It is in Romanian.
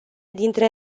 dintre